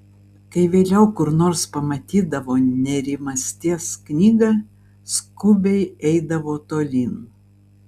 kai vėliau kur nors pamatydavo nerimasties knygą skubiai eidavo tolyn